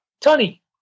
Tony